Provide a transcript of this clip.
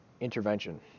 intervention